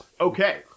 Okay